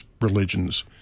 religions